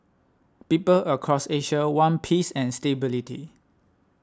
people across Asia want peace and stability